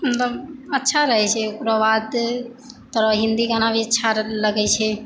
मतलब अच्छा रहै छै ओकरोबाद थोड़ा हिन्दी गाना भी अच्छा लगै छै